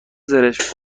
زرشک